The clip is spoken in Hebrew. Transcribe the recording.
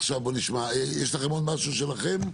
עכשיו, בוא נשמע, יש לכם עוד משהו שלכם?